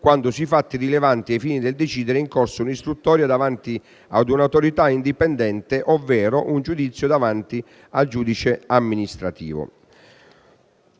quando sui fatti rilevanti ai fini del decidere è in corso un'istruttoria davanti ad un'autorità indipendente ovvero un giudizio davanti al giudice amministrativo.